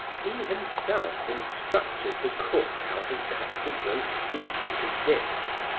he himself instructed the cook how to cut the roast beef into bits,